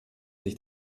sich